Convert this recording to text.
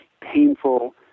painful